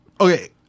Okay